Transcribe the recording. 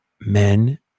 men